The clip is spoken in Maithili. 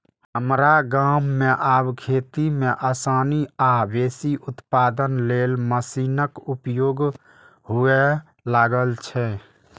हमरा गाम मे आब खेती मे आसानी आ बेसी उत्पादन लेल मशीनक उपयोग हुअय लागल छै